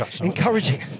encouraging